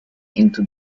into